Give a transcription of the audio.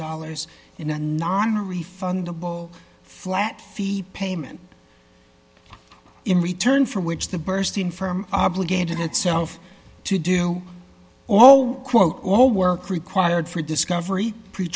dollars in a nonrefundable flat fee payment in return for which the burstein firm obligated itself to do all quote all work required for discovery